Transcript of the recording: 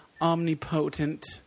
omnipotent